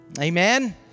Amen